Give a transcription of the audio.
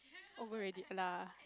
over already [la]